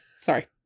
sorry